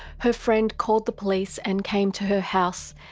her friend called the police and came to her house,